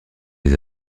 les